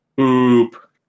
OOP